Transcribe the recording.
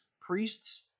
priests